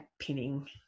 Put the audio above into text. pinning